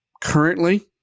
currently